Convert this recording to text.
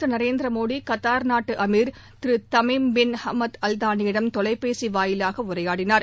திருநரேந்திரமோடிகத்தார் நாட்டுஅமீர் திருதமிம் bin Hamad Al தாளியிடம் பிரதமர் தொலைபேசிவாயிலாகஉரையாடினார்